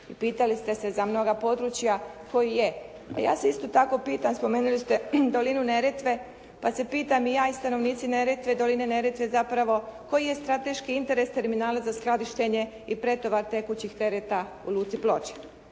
Pitali ste se za mnoga područja … /Govornica se ne razumije./ … A ja se isto tako pitam spomenuli ste dolinu Neretve pa se pitam i ja i stanovnici Neretve, doline Neretve zapravo koji je strateški interes terminala za skladištenje i pretovar tekućih tereta u luci Ploče?